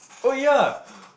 oh ya